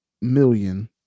Million